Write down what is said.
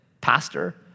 Pastor